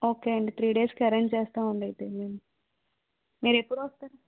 ఒకే అండి త్రీ డేస్కి అరేంజ్ చేస్తామండి అయితే మేము మీరు ఎప్పుడు వస్తారు